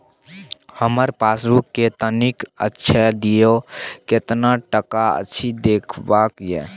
हमर पासबुक के तनिक छाय्प दियो, केतना टका अछि देखबाक ये?